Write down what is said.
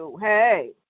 Hey